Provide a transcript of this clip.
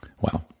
Wow